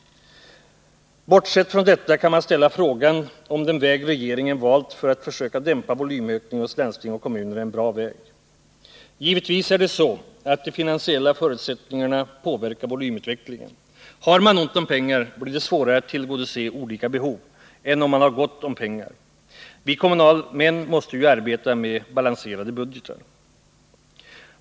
Bortsett från detta kan man ställa frågan, om den väg regeringen valt för att försöka dämpa volymökningen hos landsting och kommuner är en bra väg. Givetvis är det så att de finansiella förutsättningarna påverkar volymutvecklingen. Har man ont om pengar blir det svårare att tillgodose olika behov än om man har gott om pengar. Vi kommunalmän måste ju arbeta med balanserade budgetar.